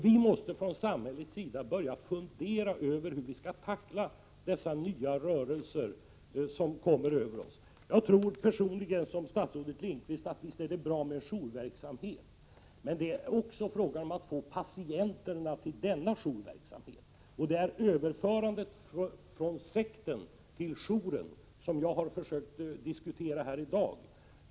Vi måste från samhällets sida börja fundera över hur vi skall tackla dessa nya rörelser som kommer över oss. Personligen tror jag som statsrådet Lindqvist att det visst är bra med jourverksamhet, men det är också en fråga om att få patienterna till denna jourverksamhet, och det är just överförandet från sekten till jouren som jag har försökt diskutera här i dag.